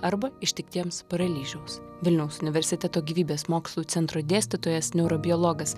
arba ištiktiems paralyžiaus vilniaus universiteto gyvybės mokslų centro dėstytojas neurobiologas